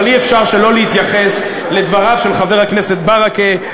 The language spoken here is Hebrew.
אבל אי-אפשר שלא להתייחס לדבריו של חבר הכנסת ברכה,